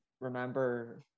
remember